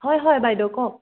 হয় হয় বাইদেউ কওক